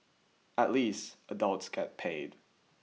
at least adults get paid